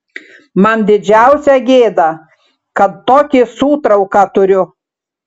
man didžiausia gėda kad tokį sūtrauką turiu